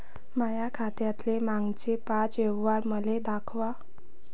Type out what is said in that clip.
माया खात्यातले मागचे पाच व्यवहार मले दाखवा